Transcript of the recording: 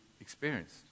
experienced